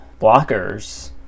blockers